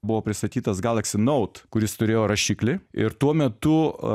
buvo pristatytas galaxy note kuris turėjo rašiklį ir tuo metu